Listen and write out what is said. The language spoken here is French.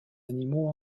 animaux